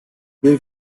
bir